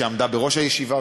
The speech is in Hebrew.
שעמדה בראש הישיבה,